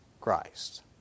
Christ